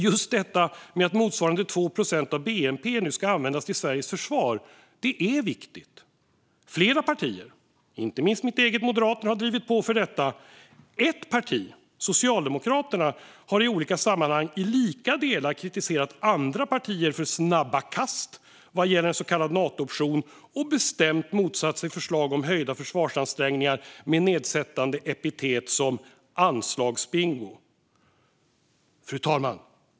Just detta med att motsvarande 2 procent av bnp nu ska användas till Sveriges försvar är viktigt. Flera partier, inte minst mitt eget parti Moderaterna, har drivit på för detta. Ett parti, Socialdemokraterna, har i olika sammanhang i lika delar kritiserat andra partier för snabba kast vad gäller en så kallad Natooption och bestämt motsatt sig förslag om höjda försvarsansträngningar med nedsättande epitet som "anslagsbingo". Fru talman!